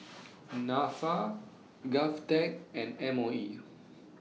Nafa Govtech and M O E